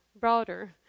broader